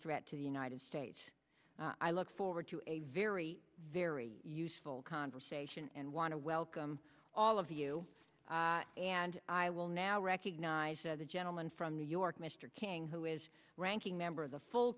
threat to the united states i look forward to a very very useful conversation and want to welcome all of you and i will now recognize the gentleman from new york mr king who is ranking member of the full